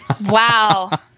Wow